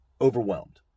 overwhelmed